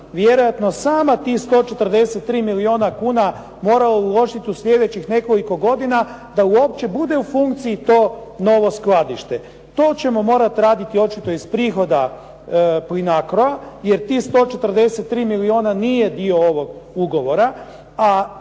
vjerojatno sama tih 143 milijuna kuna morala uložiti u sljedećih nekoliko godina da uopće bude u funkciji to novo skladište. To ćemo morat raditi očito iz prihoda Plinacroa, jer tih 143 milijuna nije dio ovog ugovora,